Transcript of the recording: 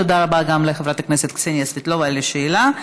תודה רבה גם לחברת הכנסת קסניה סבטלובה על השאלה.